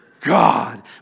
God